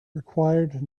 required